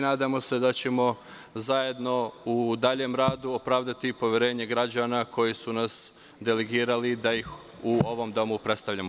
Nadamo se da ćemo zajedno u daljem radu opravdati poverenje građana koji su nas delegirali da ih u ovom domu predstavljamo.